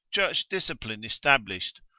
church discipline established,